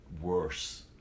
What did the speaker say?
worse